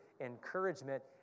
encouragement